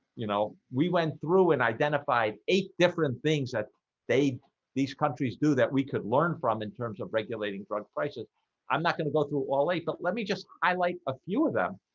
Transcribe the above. you know, we went through and identified eight different things that they these countries do that we could learn from in terms of regulating drug prices i'm not going to go through all eight, but let me just highlight like a few of them